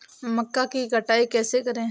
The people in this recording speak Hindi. मक्का की कटाई कैसे करें?